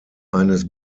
eines